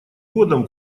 годом